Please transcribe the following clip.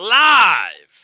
live